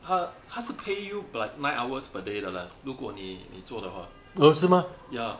他他是 pay you like nine hours per day 的 leh 如果你你做的话 ya